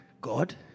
god